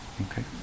Okay